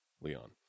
Leon